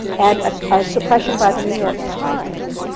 and a suppression by the new york times,